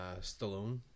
Stallone